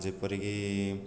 ଯେପରିକି